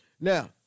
Now